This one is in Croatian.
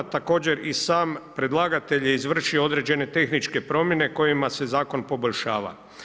Također i sam predlagatelj je izvršio određene tehničke promjene kojima se zakon poboljšava.